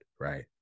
right